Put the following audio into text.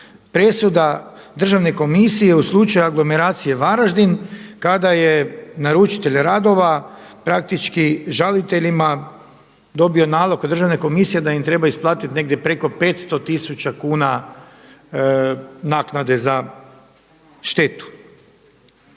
presuda Državne komisije u slučaju anglomeracije Varaždin kada je naručitelj radova praktički žaliteljima dobio nalog od Državne komisije da im treba isplatiti negdje preko 500 tisuća kuna naknade za štetu.